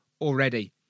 already